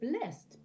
blessed